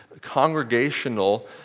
congregational